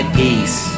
peace